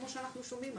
כמו שאנחנו שומעים,